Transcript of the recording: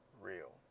real